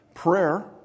Prayer